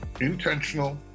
intentional